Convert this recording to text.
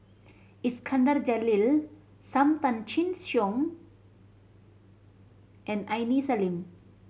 Iskandar Jalil Sam Tan Chin Siong and Aini Salim